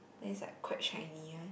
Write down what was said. then is like quite shiny one